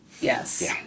Yes